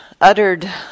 uttered